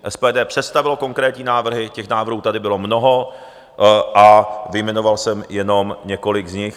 SPD představilo konkrétní návrhy, těch návrhů tady bylo mnoho a vyjmenoval jsem jenom několik z nich.